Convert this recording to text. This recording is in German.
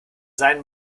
sein